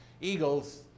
eagles